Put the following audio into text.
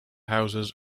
houses